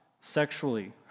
sexually